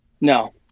No